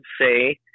say